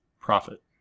profit